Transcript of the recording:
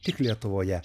tik lietuvoje